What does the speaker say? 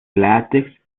látex